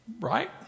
right